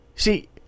See